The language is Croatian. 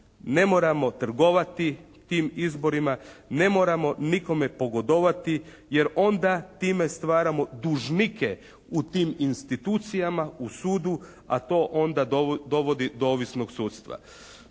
ne moramo trgovati tim izborima ne moramo nikome pogodovati, jer onda time stvaramo dužnike u tim institucijama u sudu, a to onda dovodi do ovisnog sudstva.